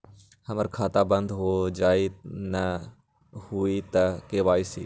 हमर खाता बंद होजाई न हुई त के.वाई.सी?